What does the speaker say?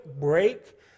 break